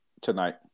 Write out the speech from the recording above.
tonight